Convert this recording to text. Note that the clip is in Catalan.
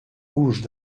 gust